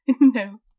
no